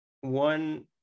one